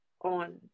on